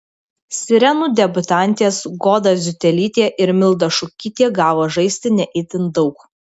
sirenų debiutantės goda ziutelytė ir milda šukytė gavo žaisti ne itin daug